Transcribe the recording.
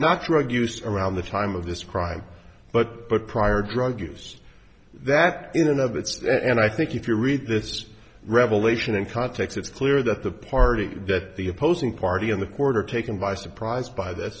not drug use around the time of this crime but but prior drug use that in and of it's and i think if you read this revelation in context it's clear that the party that the opposing party in the quarter taken by surprise by th